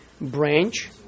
branch